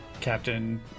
Captain